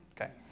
okay